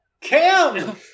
Cam